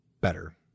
better